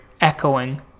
echoing